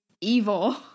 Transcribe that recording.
evil